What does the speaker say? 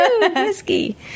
Whiskey